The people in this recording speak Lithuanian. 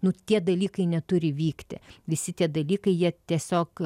nu tie dalykai neturi vykti visi tie dalykai jie tiesiog